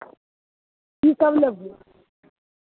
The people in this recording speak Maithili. कीसभ लेबहू